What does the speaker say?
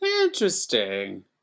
interesting